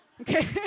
okay